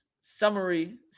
Summary